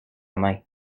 main